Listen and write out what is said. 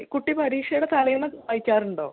കുട്ടി പരീക്ഷയുടെ തലേന്ന് വായിക്കാറുണ്ടോ